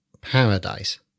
paradise